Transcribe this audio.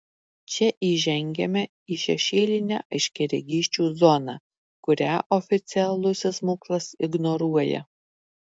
čia įžengiame į šešėlinę aiškiaregysčių zoną kurią oficialusis mokslas ignoruoja